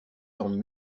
jambes